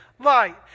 Light